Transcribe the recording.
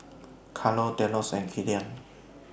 Caro Delos and Killian